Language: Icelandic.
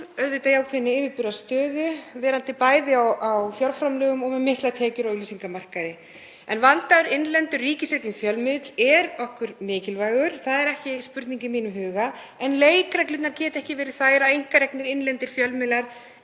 auðvitað í ákveðinni yfirburðastöðu, verandi bæði á fjárframlögum og með miklar tekjur af auglýsingamarkaði. Vandaður, innlendur ríkisrekinn fjölmiðill er okkur mikilvægur, það er ekki spurning í mínum huga, en leikreglurnar geta ekki verið þær að einkareknir innlendir fjölmiðlar